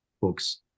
books